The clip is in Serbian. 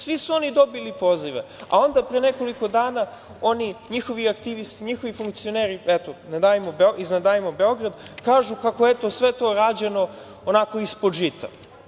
Svi su dobili pozive, a onda pre nekoliko dana njihovi aktivisti, njihovi funkcioneri iz „Ne davimo Beograd“ kažu kako je sve to rađeno onako ispod žita.